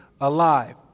alive